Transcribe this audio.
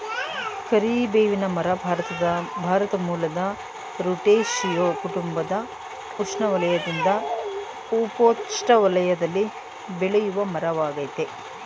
ಕರಿಬೇವಿನ ಮರ ಭಾರತ ಮೂಲದ ರುಟೇಸಿಯೇ ಕುಟುಂಬದ ಉಷ್ಣವಲಯದಿಂದ ಉಪೋಷ್ಣ ವಲಯದಲ್ಲಿ ಬೆಳೆಯುವಮರವಾಗಯ್ತೆ